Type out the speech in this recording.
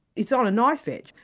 it's on a knife-edge.